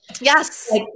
Yes